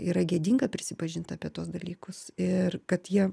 yra gėdinga prisipažint apie tuos dalykus ir kad jie